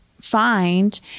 find